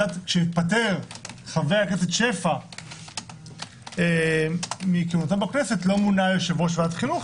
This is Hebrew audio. כשהתפטר חבר הכנסת שפע מכהונתו בכנסת לא מונה יושב-ראש ועדת חינוך,